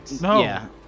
no